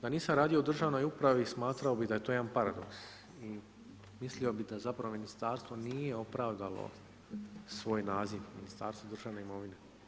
Da nisam radio u državnoj upravi, smatrao bi da je to jedan paradoks i mislio bi da zapravo ministarstvo nije opravdalo svoj naziv Ministarstvo državne imovine.